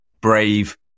brave